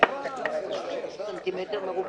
סנטימטר מרובע.